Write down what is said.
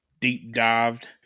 deep-dived